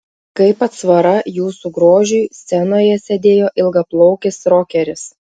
kaip atsvara jūsų grožiui scenoje sėdėjo ilgaplaukis rokeris